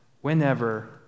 whenever